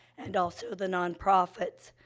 and also the nonprofits.